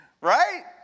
Right